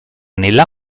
nella